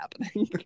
happening